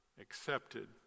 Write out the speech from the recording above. accepted